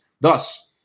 Thus